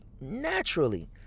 naturally